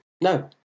no